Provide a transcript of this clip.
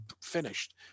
finished